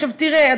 עכשיו תראה,